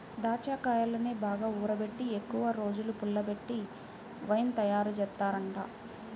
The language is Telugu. దాచ్చాకాయల్ని బాగా ఊరబెట్టి ఎక్కువరోజులు పుల్లబెట్టి వైన్ తయారుజేత్తారంట